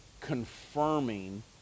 confirming